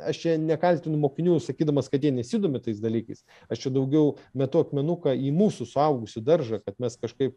aš čia nekaltinu mokinių sakydamas kad jie nesidomi tais dalykais aš čia daugiau metu akmenuką į mūsų suaugusių daržą kad mes kažkaip